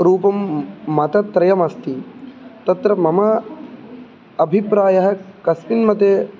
रूपं मतत्रयमस्ति तत्र मम अभिप्रायः कस्मिन् मते